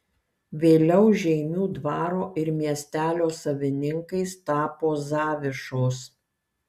vėliau žeimių dvaro ir miestelio savininkais tapo zavišos